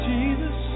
Jesus